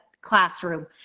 classroom